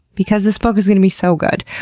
because this book is going to be so good.